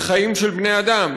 בחיים של בני-אדם,